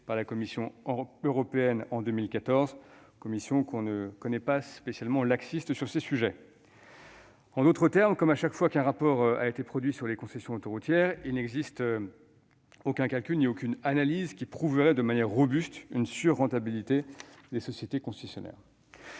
par la Commission européenne, laquelle n'est pas spécialement laxiste sur ces sujets ! En d'autres termes, comme chaque fois qu'un rapport a été produit sur les concessions autoroutières, il n'existe aucun calcul ni aucune analyse qui prouverait de manière robuste une « sur-rentabilité » des sociétés concessionnaires.